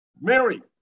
Mary